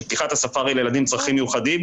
שפתיחת הספארי לילדים עם צרכים מיוחדים,